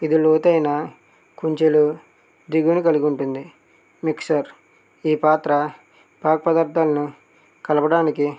ఇది లోతైన కుంచెలు దిగువును కలిగి ఉంటుంది మిక్సర్ ఈ పాత్ర పాక పదార్థాలు కలపడానికి